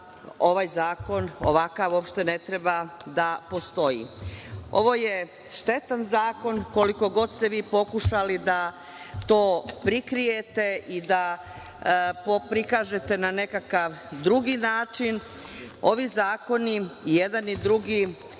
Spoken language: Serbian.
ovaj zakon ovakav uopšte ne treba da postoji. Ovo je štetan zakon, koliko god ste vi pokušali da to prikrijete i da prikažete na nekakav drugi način. Ovi zakoni, i jedan i drugi,